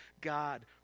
God